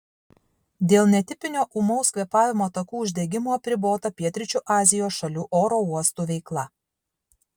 dėl netipinio ūmaus kvėpavimo takų uždegimo apribota pietryčių azijos šalių oro uostų veikla